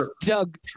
Doug